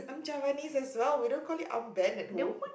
I'm Javanese as well we don't call it armband at home